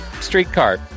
streetcar